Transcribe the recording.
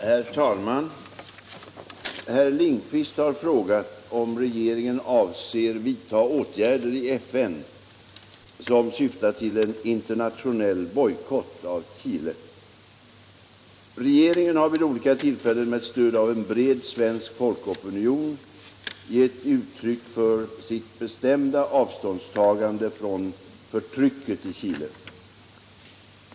Herr talman! Herr Lindkvist har frågat om regeringen avser vidta åtgärder i FN som syftar till en internationell bojkott av Chile. Regeringen har vid olika tillfällen med stöd av en bred svensk folkopinion gett uttryck för sitt bestämda avståndstagande från förtrycket i Chile.